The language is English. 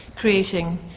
creating